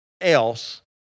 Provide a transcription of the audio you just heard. else